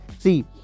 See